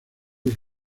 del